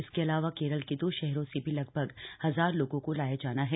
इसके अलावा केरल के दो शहरों से भी लगभग हजार लोगों को लाया जाना है